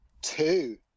Two